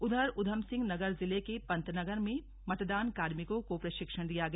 उधर ऊधमसिंह नगर जिले के पंतनगर में मतदान कार्मिकों को प्रशिक्षण दिया गया